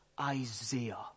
Isaiah